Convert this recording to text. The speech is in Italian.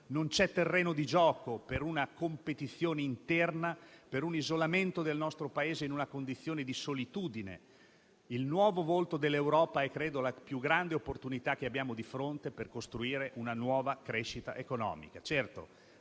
non c'è terreno di gioco per una competizione interna, per un isolamento del nostro Paese in una condizione di solitudine. Il nuovo volto dell'Europa è la più grande opportunità che abbiamo di fronte per costruire una nuova crescita economica.